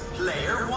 player